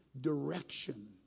direction